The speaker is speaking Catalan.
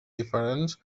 diferents